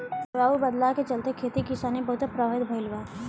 जलवायु बदलाव के चलते, खेती किसानी बहुते प्रभावित भईल बा